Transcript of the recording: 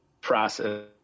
process